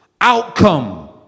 outcome